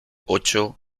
ocho